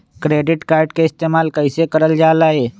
Credit card के इस्तेमाल कईसे करल जा लई?